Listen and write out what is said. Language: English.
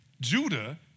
Judah